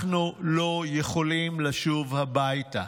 אנחנו לא יכולים לשוב הביתה.